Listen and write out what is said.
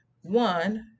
one